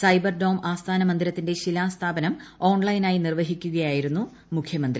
cyber dome ആസ്ഥാന മന്ദിരത്തിന്റെ ശിലാസ്ഥാപനം ഓൺലൈനായി നിർവ്വഹിക്കുകയായിരുന്നു മുഖ്യമന്ത്രി